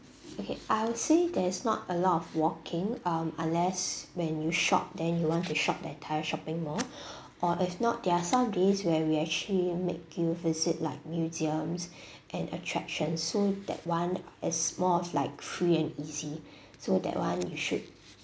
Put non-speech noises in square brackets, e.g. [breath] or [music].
okay I will say there's not a lot of walking um unless when you shop then you want to shop their entire shopping mall [breath] or if not there are some days where we actually make you visit like museums [breath] and attractions so that one is more of like free and easy so that one you should